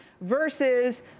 versus